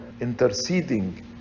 interceding